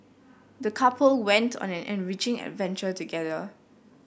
the couple went on an enriching adventure together